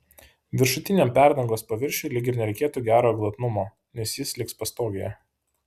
viršutiniam perdangos paviršiui lyg ir nereikėtų gero glotnumo nes jis liks pastogėje